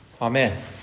Amen